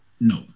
No